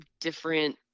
different